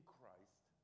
Christ